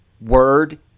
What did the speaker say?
word